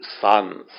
sons